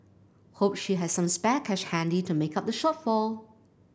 hope she has some spare cash handy to make up the shortfall